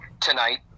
tonight